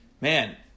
man